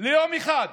ליום אחד.